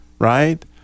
Right